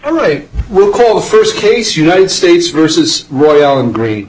all right we'll call the first case united states versus royal gre